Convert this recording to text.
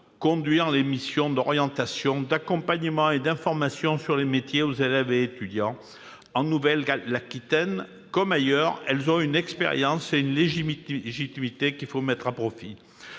conduire les missions d'orientation, d'accompagnement et d'information sur les métiers aux élèves et aux étudiants. En Nouvelle-Aquitaine comme ailleurs, elles ont une expérience et une légitimité qu'il faut mettre à profit.